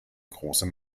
großem